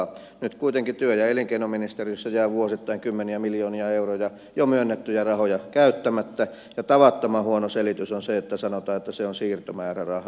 nyt kuitenkin työ ja elinkeinoministeriössä jää vuosittain kymmeniä miljoonia euroja jo myönnettyjä rahoja käyttämättä ja tavattoman huono selitys on se että sanotaan että se on siirtomääräraha